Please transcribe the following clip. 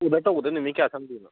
order ꯇꯧꯕꯗ ꯅꯨꯃꯤꯠ ꯀꯌꯥ ꯆꯪꯗꯣꯏꯅꯣ